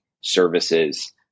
services